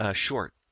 ah short,